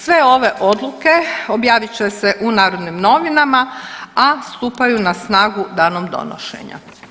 Sve ove odluke objavit će se u Narodnim Novinama, a stupaju na snagu danom donošenja.